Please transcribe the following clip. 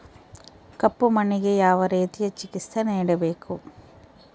ಕಪ್ಪು ಮಣ್ಣಿಗೆ ಯಾವ ರೇತಿಯ ಚಿಕಿತ್ಸೆ ನೇಡಬೇಕು?